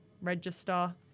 register